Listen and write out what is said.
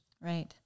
Right